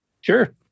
sure